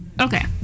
okay